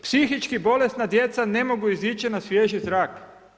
Psihički bolesna djeca ne mogu izići na svježi zrak.